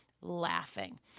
laughing